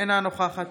אינה נוכחת